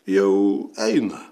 jau eina